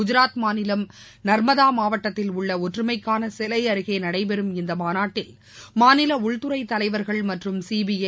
குஜராத் மாநிலம் நர்மதா மாவட்டத்தில் உள்ள ஒற்றுமைக்கான சிலை அருகே நடைபெறும் இந்த மாநாட்டில் மாநில உள்துறை தலைவர்கள் மற்றும் சிபிஐ